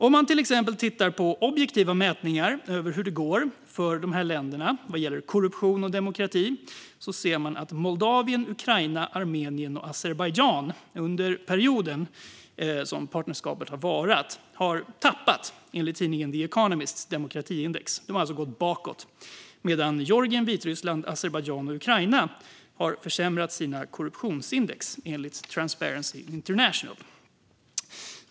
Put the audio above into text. Om man till exempel tittar på objektiva mätningar av hur det går för dessa länder vad gäller korruption och demokrati ser man att Moldavien, Ukraina, Armenien och Azerbajdzjan under perioden som partnerskapet har varat har tappat - allt enligt tidningen The Economists demokratiindex. De har alltså gått bakåt. Enligt Transparency International har samtidigt Georgien, Vitryssland, Azerbajdzjan och Ukraina försämrat sina korruptionsindex.